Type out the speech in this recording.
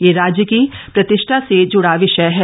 यह राज्य की प्रतिष्ठा से जुड़ा विषय है